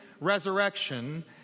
resurrection